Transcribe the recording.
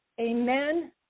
Amen